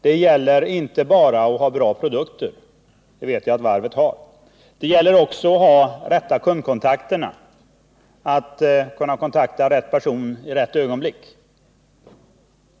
det gäller inte bara att ha bra produkter — det vet jag att varvet har — det gäller att ha rätta kundkontakter, att kunna kontakta rätt person i rätt ögonblick.